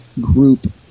group